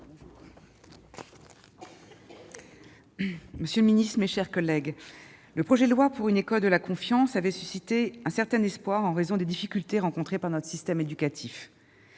monsieur le ministre, mes chers collègues, le projet de loi pour une école de la confiance a suscité un certain espoir, en raison des difficultés rencontrées par notre système éducatif.